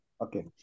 Okay